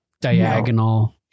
Diagonal